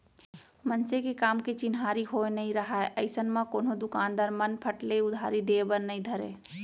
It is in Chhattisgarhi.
मनसे के काम के चिन्हारी होय नइ राहय अइसन म कोनो दुकानदार मन फट ले उधारी देय बर नइ धरय